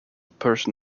person